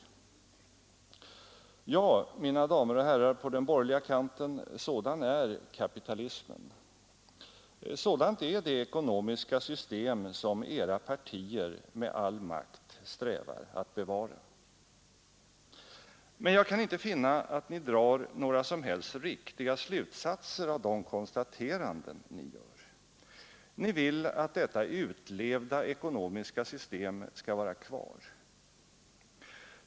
Ja, mina damer och herrar på den borgerliga kanten, sådan är kapitalismen. Sådant är det ekonomiska system som era partier med all makt strävar att bevara. Men jag kan inte finna att ni drar några som helst riktiga slutsatser av de konstateranden ni gör. Ni vill att detta utlevda ekonomiska system skall vara kvar.